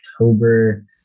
October